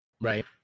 Right